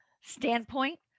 standpoint